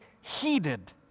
heeded